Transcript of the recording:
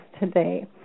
today